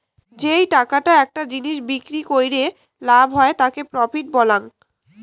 যেই টাকাটা একটা জিনিস বিক্রি কইরে লাভ হই তাকি প্রফিট বলাঙ্গ